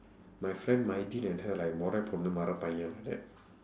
my friend and her like மொற பொண்ணு மொற பையன்:mora ponnu mora paiyan like that